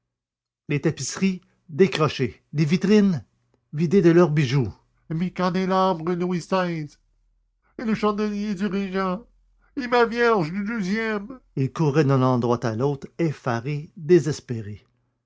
les tapisseries décrochées les vitrines vidées de leurs bijoux et mes candélabres louis xvi et le chandelier du régent et ma vierge du douzième il courait d'un endroit à l'autre effaré désespéré